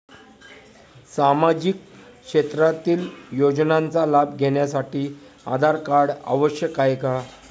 सामाजिक क्षेत्रातील योजनांचा लाभ घेण्यासाठी आधार कार्ड आवश्यक आहे का?